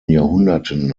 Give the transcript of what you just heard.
jahrhunderten